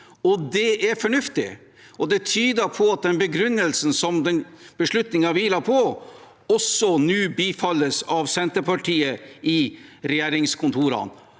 Det er fornuftig, og det tyder på at begrunnelsen som den beslutningen hviler på, også nå bifalles av Senterpartiet i regjeringskontorene.